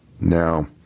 Now